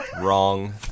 Wrong